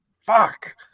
fuck